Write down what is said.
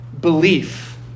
belief